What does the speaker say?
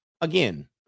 again